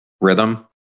rhythm